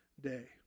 day